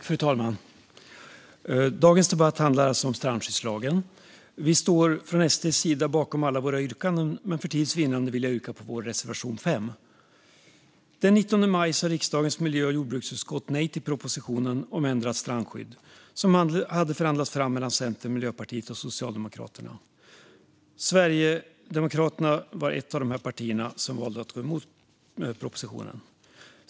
Fru talman! Dagens debatt handlar om strandskyddslagen. Vi står från SD:s sida bakom alla våra yrkanden, men för tids vinnande vill jag yrka bifall endast till vår reservation 5. Den 19 maj sa riksdagens miljö och jordbruksutskott nej till propositionen om ändrat strandskydd som hade förhandlats fram mellan Centern, Miljöpartiet och Socialdemokraterna. Sverigedemokraterna var ett av de partier som valde att gå emot propositionen.